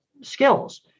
skills